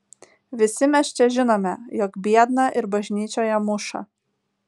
visi mes čia žinome jog biedną ir bažnyčioje muša